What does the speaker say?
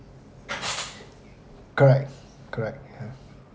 correct correct ya